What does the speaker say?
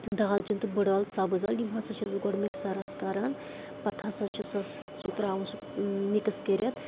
دالچِن تہٕ بٔڈٕ عٲل سبز عٲل یِم ہسا چھِس بہٕ گۄڈٕ مکسَرَس کران پتہٕ ہسا چھِسَس سُہ تراوان سُہ مِکٕس کٔرِتھ